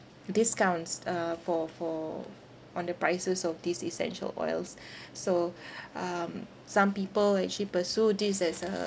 discounts uh for for on the prices of these essential oils so um some people actually pursue this as a